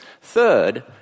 Third